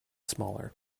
smaller